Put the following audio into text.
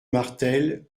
martel